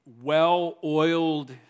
well-oiled